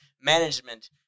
management